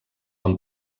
amb